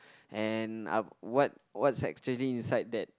and up what what's actually inside that